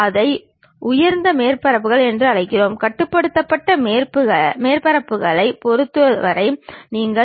அதை பின்னால் வரப்போகும் வகுப்புகளில் நாம் கற்கலாம்